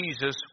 Jesus